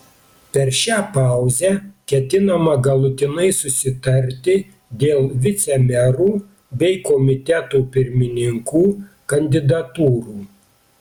per šią pauzę ketinama galutinai susitarti dėl vicemerų bei komitetų pirmininkų kandidatūrų